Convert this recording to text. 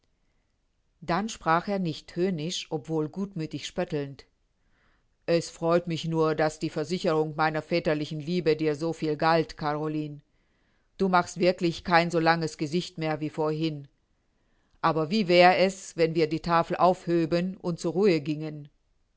dann sprach er nicht höhnisch obwohl gutmüthig spöttelnd es freut mich nur daß die versicherung meiner väterlichen liebe dir so viel galt caroline du machst wirklich kein so langes gesicht mehr wie vorhin aber wie wär es wenn wir die tafel aufhöben und zur ruhe gingen